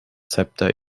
zepter